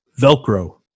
Velcro